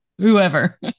whoever